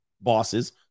bosses